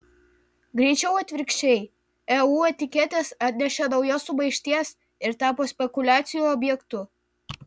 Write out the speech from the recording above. greičiau atvirkščiai eu etiketės atnešė naujos sumaišties ir tapo spekuliacijų objektu